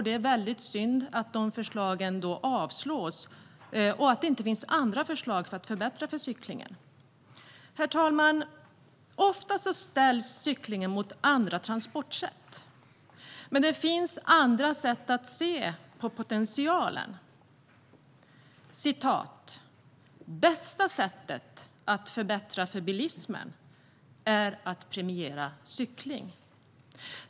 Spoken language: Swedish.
Det är väldigt synd att förslagen avstyrks och att det inte finns andra förslag för att förbättra för cyklingen. Herr talman! Ofta ställs cykling mot andra transportsätt. Men det finns andra sätt att se på potentialen. "Bästa sättet att förbättra för bilismen är att premiera cykling."